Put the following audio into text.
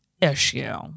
issue